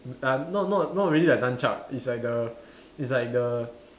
uh not not not really like nunchuk it's like the it's like the